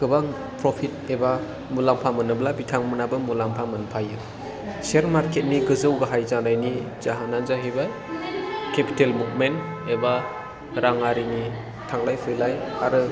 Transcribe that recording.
गोबां प्रफिट एबा मुलाम्फा मोनोब्ला बिथांमोनाबो मुलाम्फा मोनफायो सेयार मार्केट नि गोजौ गाहाय जानायनि जाहोनानो जाहैबाय केपिटेल मुभमेन्ट एबा राङारिनि थांलाय फैलाय आरो